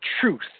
truth